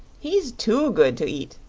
he's too good to eat,